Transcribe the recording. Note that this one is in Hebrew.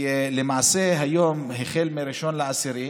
למעשה, היום, החל ב-1 באוקטובר,